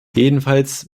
jedenfalls